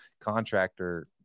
contractor